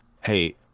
hey